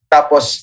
Tapos